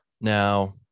Now